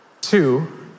two